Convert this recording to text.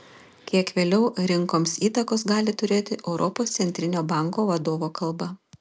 kiek vėliau rinkoms įtakos gali turėti europos centrinio banko vadovo kalba